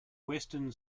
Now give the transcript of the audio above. western